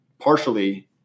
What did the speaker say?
partially –